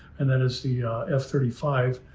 and then it's the f thirty five,